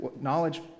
knowledge